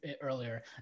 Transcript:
earlier